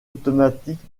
automatique